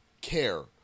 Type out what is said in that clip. care